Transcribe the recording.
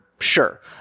Sure